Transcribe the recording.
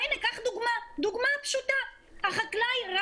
כל האורחים ייצאו החוצה ויישארו פה רק חברי כנסת.